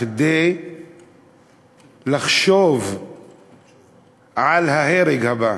כדי לחשוב על ההרג הבא,